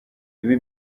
ibi